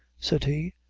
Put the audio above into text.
said he.